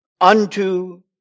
unto